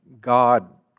God